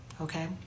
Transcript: Okay